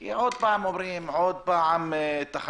לגבי ההמלצות כי אומרים את אותם דברים.